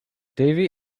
davie